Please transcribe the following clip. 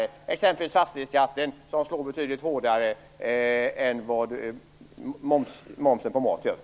Det gäller t.ex. fastighetsskatten som slår betydligt hårdare än vad momsen på mat gör.